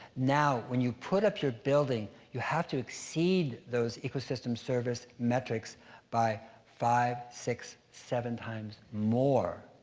now, when you put up your building, you have to exceed those ecosystem service metrics by five, six, seven times more,